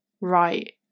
right